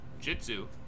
Jitsu